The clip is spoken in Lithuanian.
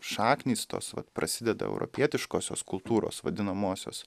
šaknys tos vat prasideda europietiškosios kultūros vadinamosios